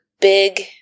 big